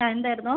എന്തായിരുന്നു